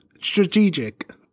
strategic